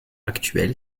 actuelle